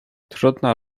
trudna